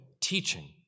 teaching